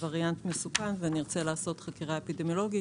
ובסעיף 12 משאירים רק את החובות לדרוש הצגת תוצאה שלילית בבדיקה,